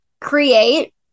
create